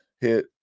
hit